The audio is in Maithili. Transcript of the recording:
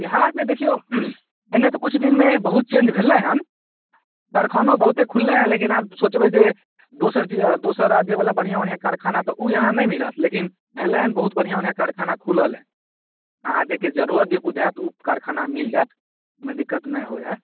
बिहारमे देखियौ एने तऽ किछु दिनमे बहुत चेंज भेलै हन कारखानो बहुत खुललै हँ लेकिन आब सोचबै जे दोसर जे दोसर राज्य बला बढ़िऑं बढ़िऑं कारखाना तऽ ओ जे यहाँ नहि मिलत लेकिन भेलै बहुत बढ़िऑं बढ़िऑं कारखाना खुलल यऽ आहाँके जे के जरूरत बुझायत ओ कारखाना मिल जायत ओहिमे दिक्कत नहि होइ है